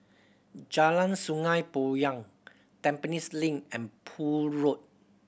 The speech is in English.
Jalan Sungei Poyan Tampines Link and Poole Road